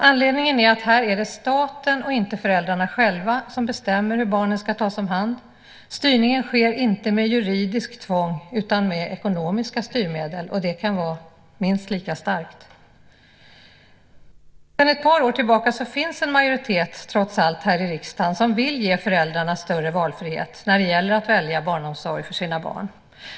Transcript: Anledningen är att här är det staten och inte föräldrarna själva som bestämmer hur barnen ska tas om hand. Styrningen sker inte med juridiskt tvång utan med ekonomiska styrmedel, och de kan vara minst lika starka. Sedan ett par år tillbaka finns det trots allt en majoritet här i riksdagen som vill ge föräldrarna större frihet att välja barnomsorg för sina barn.